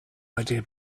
idea